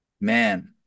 man